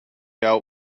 out